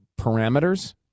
parameters